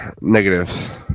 negative